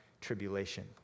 tribulation